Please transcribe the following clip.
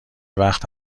وقت